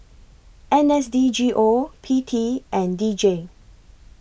N S D G O P T and D J